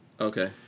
Okay